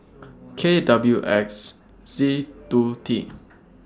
K W X Z two T